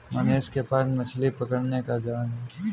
मनीष के पास मछली पकड़ने का जहाज है